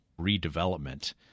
redevelopment